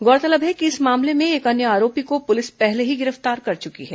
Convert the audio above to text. गौरतलब है कि इस मामले में एक अन्य आरोपी को पुलिस पहले ही गिरफ्तार कर चुकी है